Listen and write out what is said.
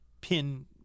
pin